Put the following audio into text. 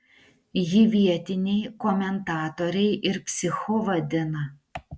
jį vietiniai komentatoriai ir psichu vadina